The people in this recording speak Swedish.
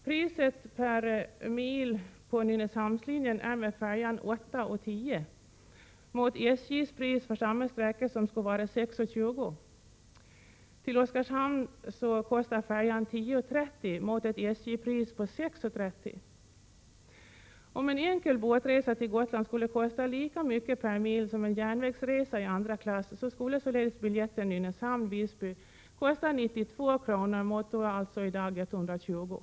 Priset per mil på Nynäshamnslinjen är med färjan 8:10 kr. SJ:s pris för samma sträcka skulle vara 6:20 kr. Till Oskarshamn kostar färjan 10:30 kr., mot ett SJ-pris på 6:30 kr. Om en enkel båtresa till Gotland skulle kosta lika mycket per mil som en järnvägsresa i andra klass, skulle således biljetten Nynäshamn— Visby kosta 92 kr. — mot 120 kr.